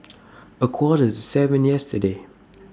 A Quarter to seven yesterday